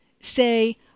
say